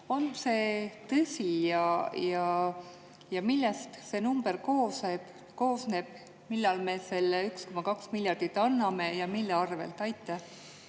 On see tõsi ja millest see number koosneb? Millal me selle 1,2 miljardit anname ja mille arvelt? Ma